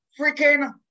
freaking